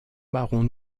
marron